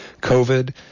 COVID